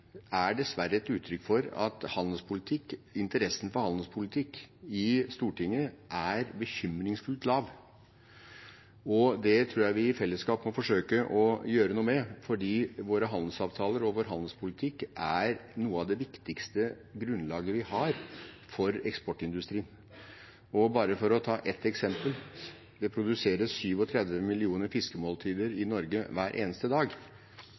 dessverre er et uttrykk for at interessen for handelspolitikk i Stortinget er bekymringsfullt lav. Det tror jeg vi i fellesskap må forsøke å gjøre noe med, for våre handelsavtaler og vår handelspolitikk er noe av det viktigste grunnlaget vi har for eksportindustrien. Bare for å ta ett eksempel: Det produseres 37 millioner fiskemåltider i Norge hver eneste dag